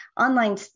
online